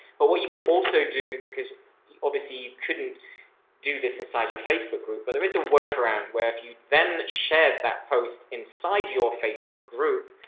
but what you could also do, because obviously you couldn't do this aside your facebook group, but there is a workaround where if you then shared that post inside your facebook group,